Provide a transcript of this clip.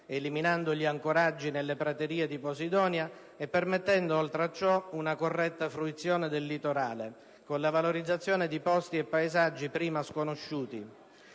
eliminando gli ancoraggi nelle praterie di posidonia, permettendo, oltre a ciò, una corretta fruizione del litorale, con la valorizzazione di posti e paesaggi prima sconosciuti.